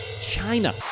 China